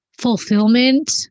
fulfillment